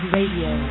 Radio